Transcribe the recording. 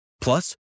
Plus